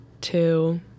two